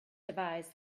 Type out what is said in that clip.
devise